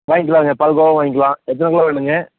வாங்கிக்கலாம்ங்க பால்கோவாவும் வாங்கிக்கலாம் எத்தனை கிலோ வேணும்ங்க